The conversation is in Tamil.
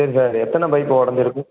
சரி சார் எத்தனை பைப்பு உடஞ்சிருக்கு